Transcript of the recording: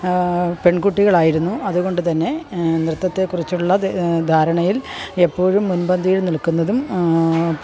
പെൺകുട്ടികളായിരുന്നു അതുകൊണ്ട് തന്നെ നൃത്തത്തെ കുറിച്ചുള്ള ധാരണയിൽ എപ്പോഴും മുൻപന്തിയിൽ നിൽക്കുന്നതും